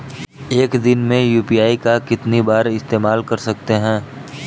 एक दिन में यू.पी.आई का कितनी बार इस्तेमाल कर सकते हैं?